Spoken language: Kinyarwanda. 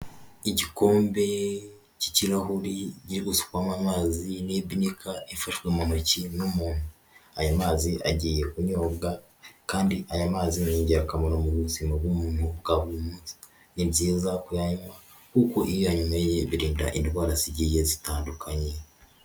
Igikombe cy'ikirahuri kiri gusukwamo amazi n'ibika ifashwe mu ntoki n'umuntu. Aya mazi agiye kunyobwa kandi aya mazi ni ingirakamaro mu buzima bw'umuntu bwa buri munsi, ni byiza kuyanywa kuko iyo uyanyweye birinda indwara zigiye zitandukanye.